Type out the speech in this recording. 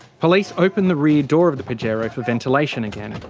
police open the rear door of the pajero for ventilation, again.